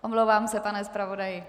Omlouvám se, pane zpravodaji.